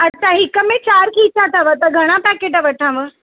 अच्छा हिकु में चारि खीचा अथव त घणा पैकेट वठां मां